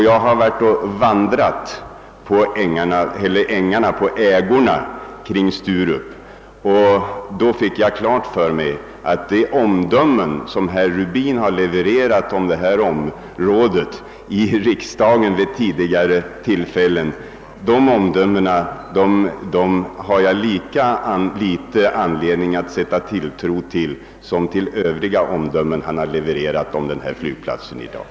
Jag har vandrat på ägorna kring Sturup och fick då klart för mig att det finns lika litet anledning att sätta tilltro till de omdömen, som herr Rubin avgett om det här området i riksdagen vid tidigare tillfällen, som till de övriga omdömen han avgett om flygplatsen i dag.